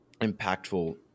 impactful